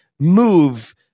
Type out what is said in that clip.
move